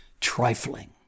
trifling